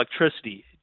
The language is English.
electricity